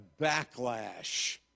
backlash